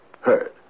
Heard